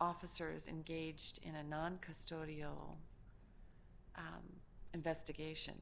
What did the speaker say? officers engaged in a non custodial investigation